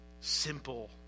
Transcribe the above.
simple